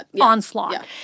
onslaught